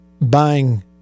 buying